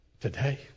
today